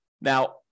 Now